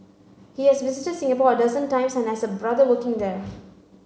he has visited Singapore a dozen times and has a brother working there